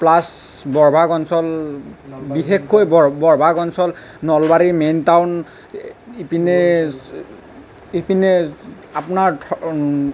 plus Barbhag অঞ্চল বিশেষকৈ বৰ বৰভাগ অঞ্চল নলবাৰী মেইন টাউন ইপিনে ইপিনে আপোনাৰ